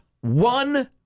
one